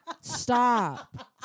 Stop